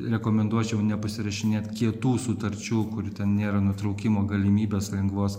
rekomenduočiau nepasirašinėt kietų sutarčių kurių ten nėra nutraukimo galimybės lengvos